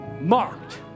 marked